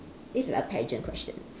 this is like a pageant question